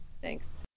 Thanks